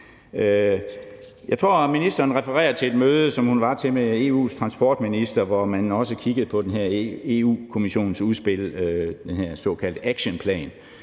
Jeg tror, ministeren refererede til et møde, som hun var til med EU's transportministre, hvor man også kiggede på det her Europa-Kommissions-udspil, den her såkaldte action plan.